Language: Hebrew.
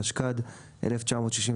התשכ"ד-1963.